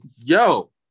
Yo